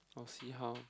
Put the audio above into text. I will see how